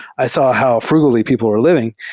i saw how frugally people are living,